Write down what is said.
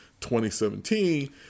2017